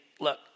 look